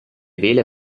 vele